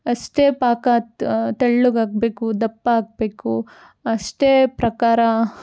ಅಷ್ಟೇ ಪಾಕ ತ್ ತೆಳ್ಳಗಾಗಬೇಕು ದಪ್ಪ ಆಗಬೇಕು ಅಷ್ಟೇ ಪ್ರಕಾರ